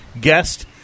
guest